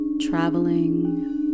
traveling